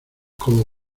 como